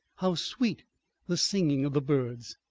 how sweet the singing of the birds.